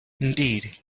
indeed